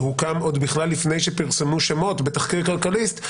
שהוקם עוד בכלל לפני שפרסמו שמות בתחקיר כלכליסט.